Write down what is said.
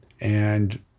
and-